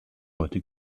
heute